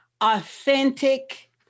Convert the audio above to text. authentic